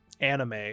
anime